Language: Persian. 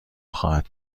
خواهد